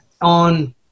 on